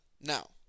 Now